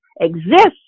exist